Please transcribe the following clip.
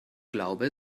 glaube